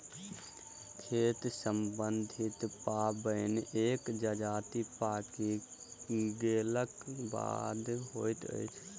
खेती सम्बन्धी पाबैन एक जजातिक पाकि गेलाक बादे होइत अछि